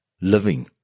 living